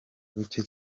buke